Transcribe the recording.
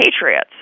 patriots